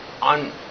on